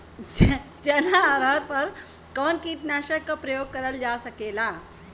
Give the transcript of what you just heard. चना अरहर पर कवन कीटनाशक क प्रयोग कर जा सकेला?